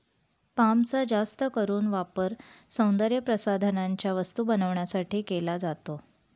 पामचा जास्त करून वापर सौंदर्यप्रसाधनांच्या वस्तू बनवण्यासाठी केला जातो